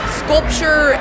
sculpture